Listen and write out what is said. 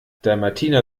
dalmatiner